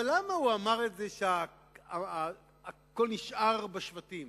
אבל למה הוא אמר את זה שהכול נשאר בשבטים?